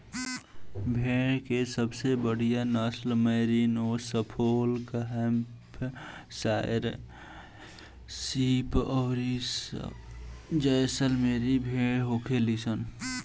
भेड़ के सबसे बढ़ियां नसल मैरिनो, सफोल्क, हैम्पशायर शीप अउरी जैसलमेरी भेड़ होखेली सन